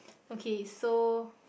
okay so